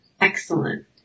Excellent